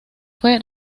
fue